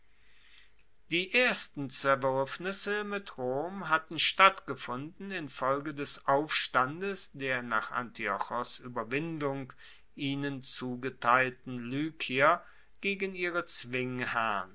die ersten zerwuerfnisse mit rom hatten stattgefunden infolge des aufstandes der nach antiochos ueberwindung ihnen zugeteilten lykier gegen ihre